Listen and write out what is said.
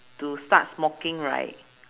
to start smoking right